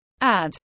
Add